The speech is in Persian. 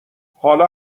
حالا